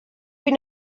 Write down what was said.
have